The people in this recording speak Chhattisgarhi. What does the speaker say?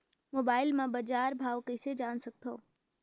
मोबाइल म बजार भाव कइसे जान सकथव?